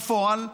בפועל,